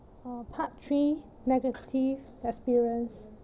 uh part three negative experience